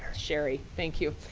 sherry, thank you,